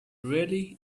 really